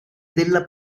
della